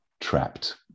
trapped